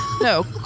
no